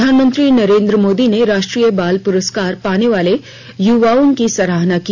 प्रधानमंत्री नरेन्द्र मोदी ने राष्ट्रीय बाल पुरस्कार पाने वाले युवाओं की सराहना की